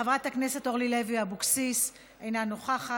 חברת הכנסת אורלי לוי אבקסיס, אינה נוכחת.